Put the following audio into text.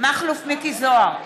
מכלוף מיקי זוהר,